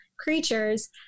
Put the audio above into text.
creatures